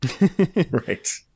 Right